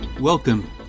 Welcome